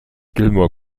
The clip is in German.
gilmore